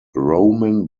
roman